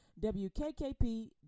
WKKP